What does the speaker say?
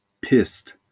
Pissed